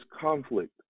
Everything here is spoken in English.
conflict